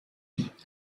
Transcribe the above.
with